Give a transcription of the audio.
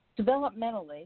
Developmentally